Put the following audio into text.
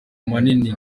manini